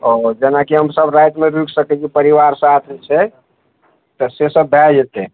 ओ जेनाकि हमसब रातिमे रुकि सकै छी परिवार साथ छै तऽ से सब भऽ जेतै